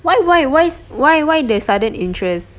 why why why why why the sudden interest